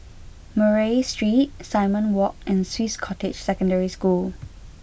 Murray Street Simon Walk and Swiss Cottage Secondary School